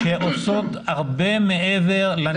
שעושות הרבה מעבר לנדרש.